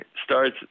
starts